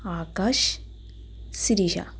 Akash Sirisha